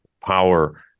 power